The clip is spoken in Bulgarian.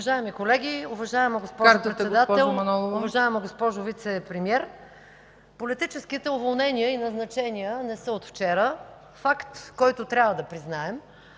Уважаеми колеги, уважаема госпожо Председател, уважаема госпожо Вицепремиер! Политическите уволнения и назначения не са от вчера – факт, който трябва да признаем.